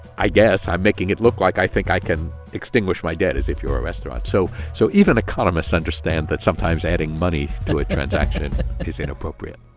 i guess i'm making it look like i think i can extinguish my debt as if you're a restaurant. so so even economists understand that sometimes adding money to a transaction is inappropriate